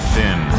Thin